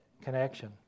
Connection